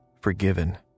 forgiven